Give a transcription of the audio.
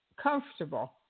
comfortable